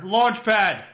Launchpad